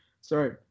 sorry